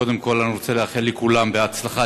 קודם כול אני רוצה לאחל לכולם בהצלחה.